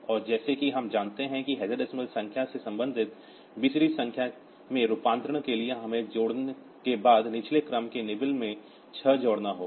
और जैसा कि हम जानते हैं कि इस हेक्साडेसिमल संख्या से संबंधित BCD संख्या में रूपांतरण के लिए हमें जोड़ के बाद निचले क्रम के नीबेल में छह जोड़ना होगा